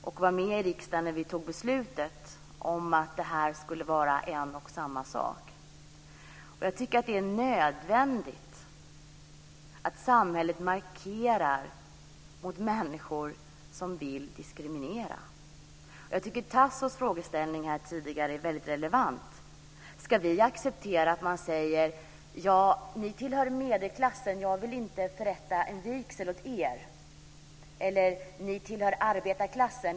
Jag var med i riksdagen när vi fattade beslut om att det skulle vara en och samma sak. Jag tycker att det är nödvändigt att samhället markerar mot människor som vill diskriminera. Jag tycker att Tassos frågeställning från tidigare är väldigt relevant. Ska vi acceptera att man säger "Ni tillhör medelklassen. Jag vill inte förrätta er vigsel"? Ska vi acceptera att man säger "Ni tillhör arbetarklassen.